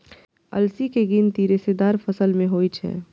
अलसी के गिनती रेशेदार फसल मे होइ छै